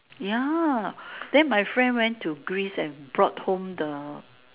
ya then my friend went to Greece and brought home the